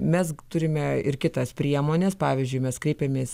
mes turime ir kitas priemones pavyzdžiui mes kreipiamės